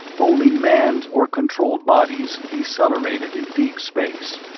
only manned or controlled bodies decelerated in deep space.